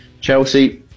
Chelsea